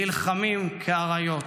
נלחמים כאריות.